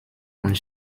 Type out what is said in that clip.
und